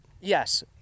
Yes